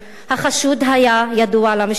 החשוד היה ידוע למשטרה,